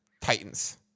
Titans